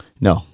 No